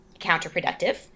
counterproductive